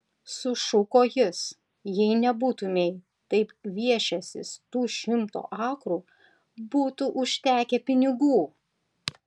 sušuko jis jei nebūtumei taip gviešęsis tų šimto akrų būtų užtekę pinigų